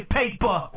paper